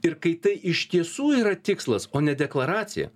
ir kai tai iš tiesų yra tikslas o ne deklaracija